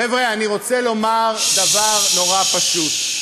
חבר'ה, אני רוצה לומר דבר נורא פשוט.